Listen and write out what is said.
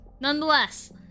Nonetheless